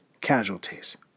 casualties